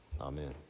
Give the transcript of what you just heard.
Amen